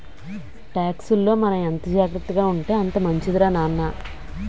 టాక్సుల్లో మనం ఎంత జాగ్రత్తగా ఉంటే అంత మంచిదిరా నాన్న